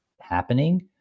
happening